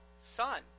son